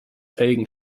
felgen